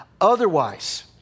Otherwise